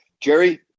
jerry